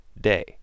day